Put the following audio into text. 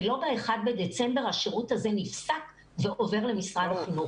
זה לא באחד בדצמבר השירות הזה נפסק ועובר למשרד החינוך.